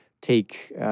take